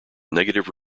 negative